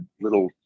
little